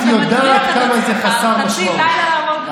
שאתה מטריח את עצמך חצי לילה לעמוד על הדוכן.